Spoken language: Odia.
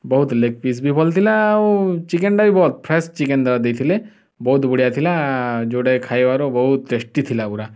ବହୁତ ଲେଗ୍ ପିସ୍ ବି ଭଲ ଥିଲା ଆଉ ଚିକେନଟା ବି ଭଲ ଫ୍ରେଶ୍ ଚିକେନ ତାକୁ ଦେଇଥିଲେ ବହୁତ ବଢ଼ିଆ ଥିଲା ଯେଉଁଟା କି ଖାଇବାର ବହୁତ ଟେଷ୍ଟି ଥିଲା ପୁରା